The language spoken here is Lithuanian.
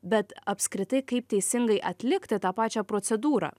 bet apskritai kaip teisingai atlikti tą pačią procedūrą